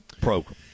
program